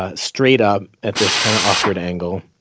ah straight up at this kind of awkward angle.